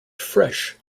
fresh